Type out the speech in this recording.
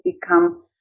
become